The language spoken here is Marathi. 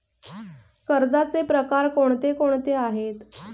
कर्जाचे प्रकार कोणकोणते आहेत?